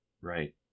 Right